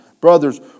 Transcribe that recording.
Brothers